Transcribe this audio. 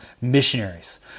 missionaries